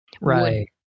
right